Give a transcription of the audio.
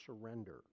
surrender